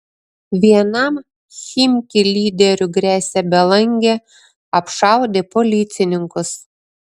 vienam chimki lyderių gresia belangė apšaudė policininkus